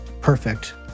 perfect